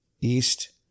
East